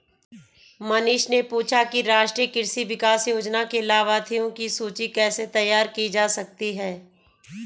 मनीष ने पूछा कि राष्ट्रीय कृषि विकास योजना के लाभाथियों की सूची कैसे तैयार की जा सकती है